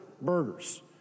burgers